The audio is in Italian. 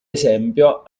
esempio